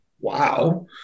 wow